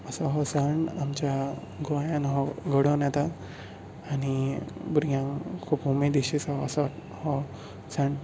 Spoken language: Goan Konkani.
असो हो सण आमच्या गोंयांत हो घडोवन येता आनी भुरग्यांक खूब उमेदीचो असो हो सण